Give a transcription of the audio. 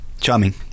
charming